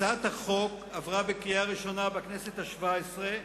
הצעת החוק עברה בקריאה ראשונה בכנסת השבע-עשרה,